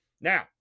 Now